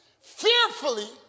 Fearfully